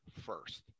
first